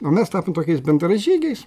o mes tapom tokiais bendražygiais